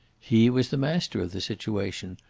he was the master of the situation.